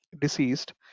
deceased